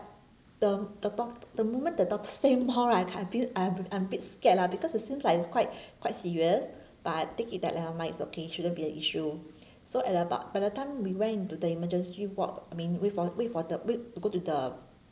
the the doc~ the moment the doc~ say more right I feel I'm I'm a bit scared lah because it seems like it's quite quite serious but I take it that never mind is okay shouldn't be an issue so at about by the time we went into the emergency ward I mean wait for wait for the wait to go to the